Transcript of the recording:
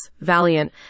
Valiant